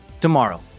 tomorrow